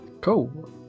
Cool